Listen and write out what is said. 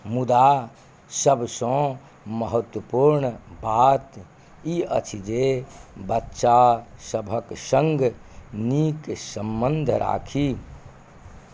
मुदा सबसँ महत्वपूर्ण बात ई अछि जे बच्चासभक सङ्ग नीक सम्बन्ध राखी